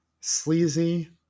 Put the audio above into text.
sleazy